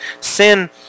Sin